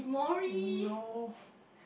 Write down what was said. no